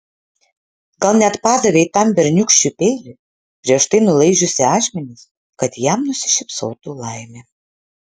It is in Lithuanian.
gal net padavei tam berniūkščiui peilį prieš tai nulaižiusi ašmenis kad jam nusišypsotų laimė